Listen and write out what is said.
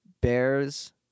bears